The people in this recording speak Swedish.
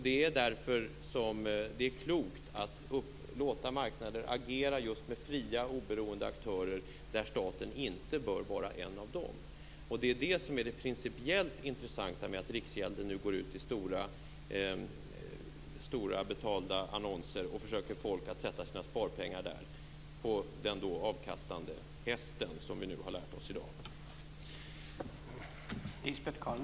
Det är därför som det är klokt att låta marknader agera med fria, oberoende aktörer, men staten bör inte vara en av dem. Det är detta som är det principiellt intressanta med att riksgälden nu går ut i stora, betalda annonser och försöker få folk att sätta sina sparpengar där - på den avkastande hästen, vilket vi i dag har lärt oss att det är.